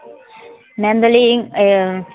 ᱢᱮᱱᱫᱟᱞᱤᱧ